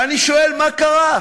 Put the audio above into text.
ואני שואל: מה קרה?